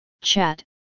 chat